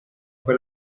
fue